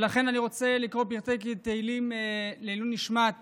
ולכן אני רוצה לקרוא פרקי תהילים לעילוי נשמת